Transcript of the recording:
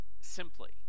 simply